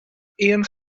aon